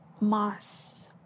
mass